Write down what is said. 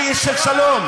אני איש של שלום,